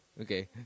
Okay